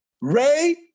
Ray